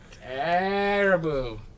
Terrible